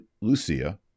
Lucia